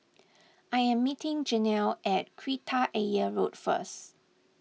I am meeting Janell at Kreta Ayer Road first